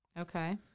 Okay